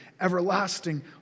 everlasting